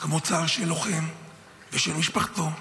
כמו צער של לוחם שנפצע בקרב ושל משפחתו,